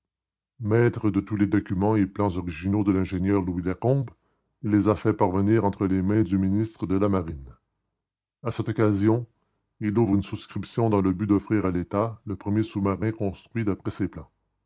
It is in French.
maître de tous les documents et plans originaux de l'ingénieur louis lacombe il les a fait parvenir entre les mains du ministre de la marine à cette occasion il ouvre une souscription dans le but d'offrir à l'état le premier sous-marin construit d'après ces plans